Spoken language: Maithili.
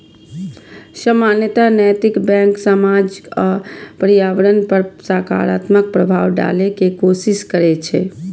सामान्यतः नैतिक बैंक समाज आ पर्यावरण पर सकारात्मक प्रभाव डालै के कोशिश करै छै